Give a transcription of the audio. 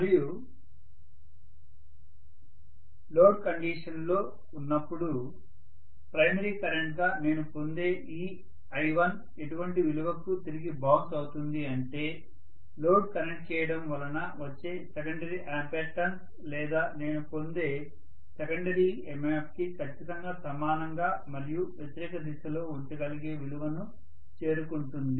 మరియు లోడ్ కండిషన్లో ఉన్నప్పుడు ప్రైమరీ కరెంట్గా నేను పొందే ఈ I1 ఎటువంటి విలువకు తిరిగి బౌన్స్ అవుతుంది అంటే లోడ్ కనెక్ట్ చేయడం వలన వచ్చే సెకండరీ ఆంపియర్ టర్న్స్ లేదా నేను పొందే సెకండరీ MMF కి ఖచ్చితంగా సమానంగా మరియు వ్యతిరేక దిశలో ఉంచగలిగే విలువను చేరుకుంటుంది